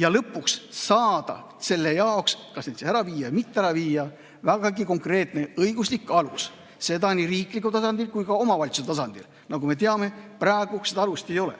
ja lõpuks saame selle jaoks, kas ära viia või mitte ära viia, vägagi konkreetse õigusliku aluse, seda nii riiklikul tasandil kui ka omavalitsuste tasandil. Nagu me teame, praegu seda alust ei ole.